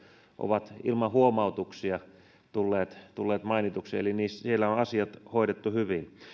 ovat ilman huomautuksia tulleet tulleet mainituiksi eli siellä on asiat hoidettu hyvin